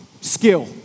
skill